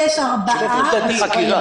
כרגע יש 4 עצורי ימים.